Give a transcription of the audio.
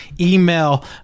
email